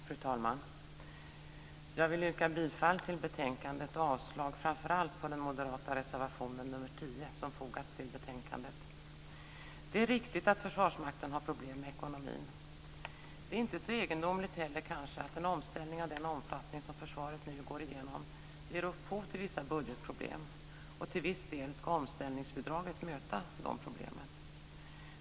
Fru talman! Jag vill yrka bifall till förslaget i betänkandet och avslag framför allt på den moderata reservationen nr 10 som har fogats till betänkandet. Det är riktigt att Försvarsmakten har problem med ekonomin. Det är kanske inte heller så egendomligt att en omställning av den omfattning som försvaret nu går igenom ger upphov till vissa budgetproblem. Till viss del ska omställningsbidraget möta de problemen.